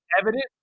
evident